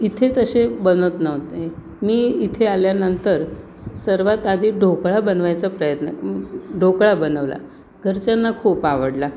इथे तसे बनत नव्हते मी इथे आल्यानंतर स सर्वात आधी ढोकळा बनवायचा प्रयत्न ढोकळा बनवला घरच्यांना खूप आवडला